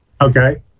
Okay